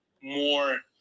more